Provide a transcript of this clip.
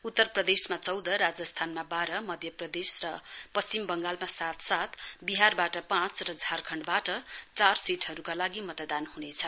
उत्तर प्रदेशमा चौध राजस्थानमा बाह्र मध्यप्रदेश र पश्चिम बङ्गालमा सात सात बिहारबाट पाँच र झारखण्डबाट चार सीटहरूका लागि मतदान हुनेछ